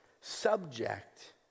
subject